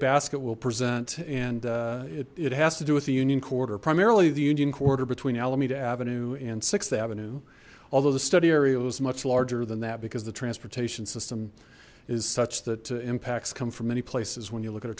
basket will present and it has to do with the union quarter primarily the union quarter between alameda avenue and th avenue although the study area was much larger than that because the transportation system is such that impacts come from many places when you look at